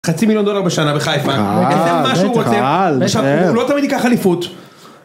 ‫חצי מיליון דולר בשנה בחיפה. ‫-קל, זה קל. ‫הוא לא תמיד ייקח חליפות.